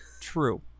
True